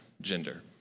gender